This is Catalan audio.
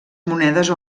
monedes